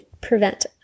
prevent